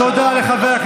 תודה לחבריי.